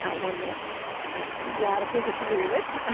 ah one that i radically disagree with. ah